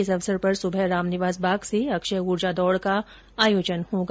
इस अवसर पर सुबह रामनिवास बाग से अक्षय उर्जा दौड का आयोजन होगा